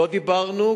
לא דיברנו,